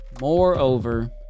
Moreover